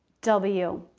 w.